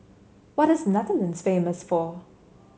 what is Netherlands famous for